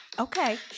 Okay